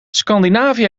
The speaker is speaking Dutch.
scandinavië